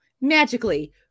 magically